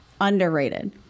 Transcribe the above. underrated